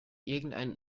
irgendeinen